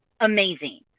amazing